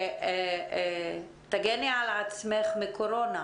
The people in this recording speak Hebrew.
תגני על עצמך מקורונה,